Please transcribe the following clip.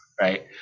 right